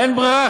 אין ברירה,